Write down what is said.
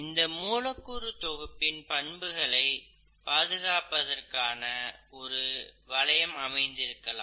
இந்த மூலக்கூறு தொகுப்பின் பண்புகளை பாதுகாப்பதற்கான ஒரு வளையம் அமைந்திருக்கலாம்